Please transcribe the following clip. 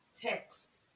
text